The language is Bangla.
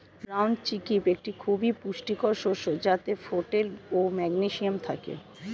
ব্রাউন চিক্পি একটি খুবই পুষ্টিকর শস্য যাতে ফোলেট ও ম্যাগনেসিয়াম থাকে